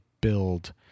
build